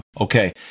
Okay